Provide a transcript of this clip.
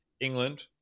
England